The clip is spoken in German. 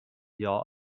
jahr